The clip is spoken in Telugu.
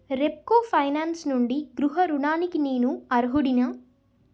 రెప్కో ఫైనాన్స్ నుండి గృహ రుణానికి నేను అర్హుడినా